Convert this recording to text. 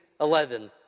11